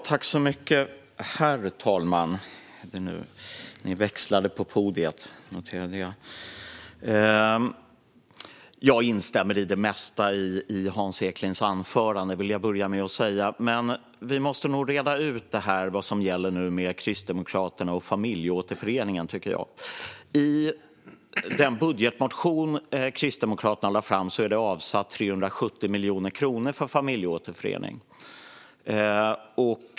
Herr talman! Jag instämmer i det mesta i Hans Eklinds anförande. Det vill jag börja med att säga. Men vi måste nog reda ut vad som gäller med Kristdemokraterna och familjeåterföreningen. I den budgetmotion som Kristdemokraterna lade fram är det avsatt 370 miljoner kronor för familjeåterförening.